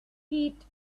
heat